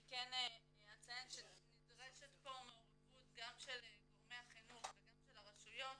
אני אציין שנדרשת פה מעורבות גם של גורמי החינוך וגם של הרשויות,